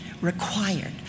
required